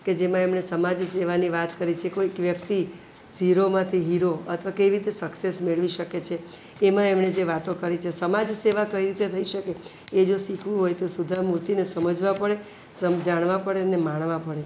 કે જેમાં એમણે સમાજ સેવાની વાત કરી છે કોઈ વ્યક્તિ ઝીરોમાંથી હીરો અથવા કેવી રીતે સક્સેસ મેળવી શકે છે એમાં એમણે જે વાતો કરી છે સમાજસેવા કઈ રીતે થઈ શકે એ જો શીખવું હોય તો સુધા મૂર્તિને સમજવા પડે સમ જાણવા પડે ને માણવા પડે